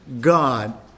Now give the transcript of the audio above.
God